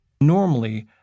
Normally